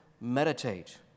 meditate